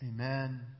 Amen